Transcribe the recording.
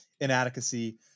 inadequacy